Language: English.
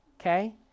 Okay